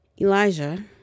Elijah